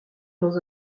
dans